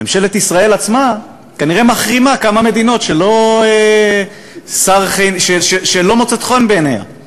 ממשלת ישראל עצמה כנראה מחרימה כמה מדינות שלא מוצאות חן בעיניה.